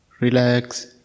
Relax